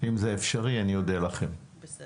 אם זה אפשרי, אני אודה לכם תודה.